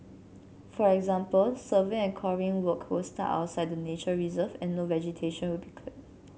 for example survey and coring work will start outside the nature reserve and no vegetation will be cleared